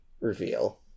reveal